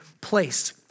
place